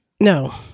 No